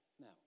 Now